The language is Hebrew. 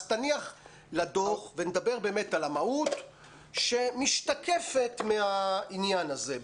אז תניח לדוח ונדבר באמת על המהות שמשתקפת מהעניין הזה.